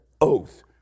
oath